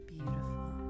Beautiful